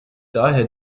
daher